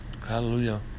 Hallelujah